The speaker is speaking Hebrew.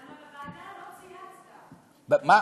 למה בוועדה לא צייצת, מה?